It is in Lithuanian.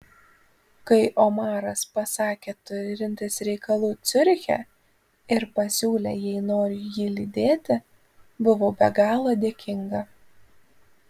kai omaras pasakė turintis reikalų ciuriche ir pasiūlė jei noriu jį lydėti buvau be galo dėkinga